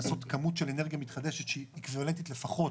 לעשות כמות של אנרגיה מתחדשת שהיא אקוויוולנטית לפחות,